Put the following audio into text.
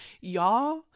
Y'all